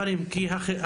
עשיתי זאת משתי סיבות.